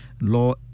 law